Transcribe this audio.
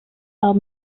are